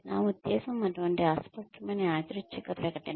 నా ఉద్దేశ్యం అటువంటి అస్పష్టమైన యాదృచ్ఛిక ప్రకటన